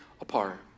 apart